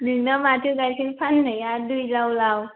नोंना माथो गाइखेर फाननाया दै लाव लाव